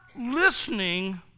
listening